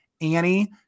Annie